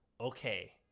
okay